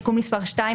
תיקון מס' 2,